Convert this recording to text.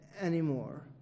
anymore